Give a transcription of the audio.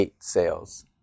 sales